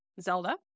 zelda